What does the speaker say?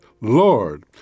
Lord